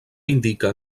indica